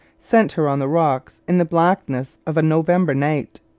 sent her on the rocks, in the blackness of a november night.